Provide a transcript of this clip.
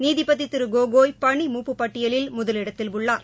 நீதிபதிதிருகோகோய் பணிமூப்பு பட்டியலில் முதலிடத்தில் உள்ளார்